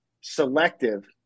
selective